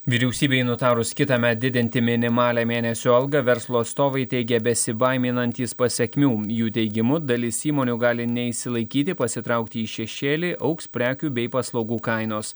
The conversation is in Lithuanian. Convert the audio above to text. vyriausybei nutarus kitąmet didinti minimalią mėnesio algą verslo atstovai teigia besibaiminantys pasekmių jų teigimu dalis įmonių gali neišsilaikyti pasitraukti į šešėlį augs prekių bei paslaugų kainos